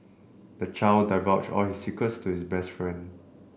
the child divulged all his secrets to his best friend